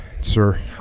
Sir